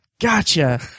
Gotcha